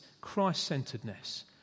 Christ-centeredness